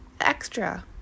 extra